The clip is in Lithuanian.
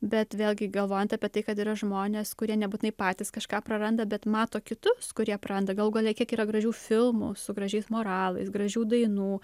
bet vėlgi galvojant apie tai kad yra žmonės kurie nebūtinai patys kažką praranda bet mato kitus kurie praranda galų gale kiek yra gražių filmų su gražiais moralais gražių dainų